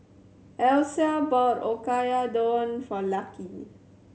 Alysia bought Oyakodon for Lucky